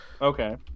Okay